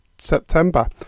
September